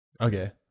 okay